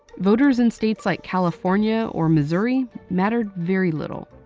voters in states like california, or missouri, mattered very little.